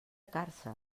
càrcer